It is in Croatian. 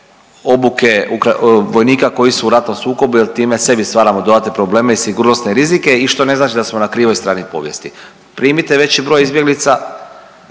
obuke vojnika koji su u ratnom sukobu jer time sebi stvaramo dodatne probleme i sigurnosne rizike i što ne znači da smo na krivoj strani povijesti. Primite veći broj izbjeglica,